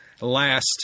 last